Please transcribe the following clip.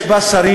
יש בה שרים,